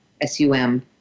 S-U-M